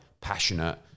Passionate